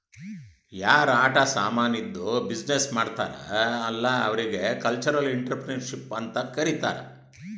ಯಾರ್ ಆಟ ಸಾಮಾನಿದ್ದು ಬಿಸಿನ್ನೆಸ್ ಮಾಡ್ತಾರ್ ಅಲ್ಲಾ ಅವ್ರಿಗ ಕಲ್ಚರಲ್ ಇಂಟ್ರಪ್ರಿನರ್ಶಿಪ್ ಅಂತ್ ಕರಿತಾರ್